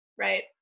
right